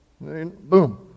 Boom